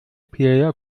player